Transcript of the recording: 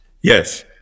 Yes